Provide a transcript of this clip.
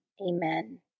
Amen